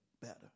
better